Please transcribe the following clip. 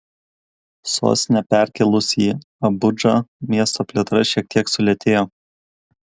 sostinę perkėlus į abudžą miesto plėtra šiek tiek sulėtėjo